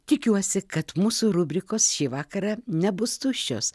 tikiuosi kad mūsų rubrikos šį vakarą nebus tuščios